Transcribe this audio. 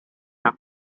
her